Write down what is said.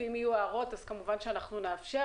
ואם יהיו הערות כמובן שנאפשר.